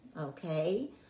Okay